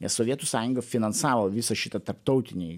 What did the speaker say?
nes sovietų sąjunga finansavo visą šitą tarptautinį